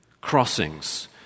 Crossings